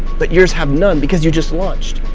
but yours have none because you just launched,